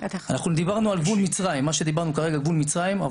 אנחנו דיברנו כרגע גבול מצרים,